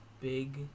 big